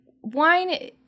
wine